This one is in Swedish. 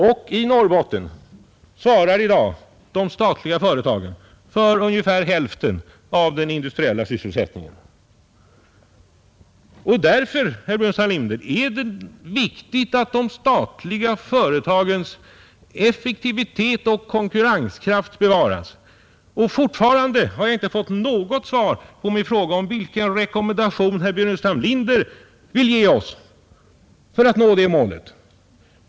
Och i Norrbotten svarar i dag de statliga företagen för ungefär hälften av den industriella sysselsättningen. Därför, herr Burenstam Linder, är det viktigt att de statliga företagens effektivitet och konkurrenskraft bevaras. Fortfarande har jag inte fått något svar på min fråga vilken rekommendation herr Burenstam Linder vill ge oss för att vi skall nå det målet.